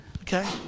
Okay